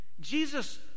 Jesus